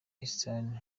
eastern